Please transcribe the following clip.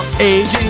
Aging